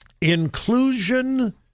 inclusion